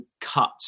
cut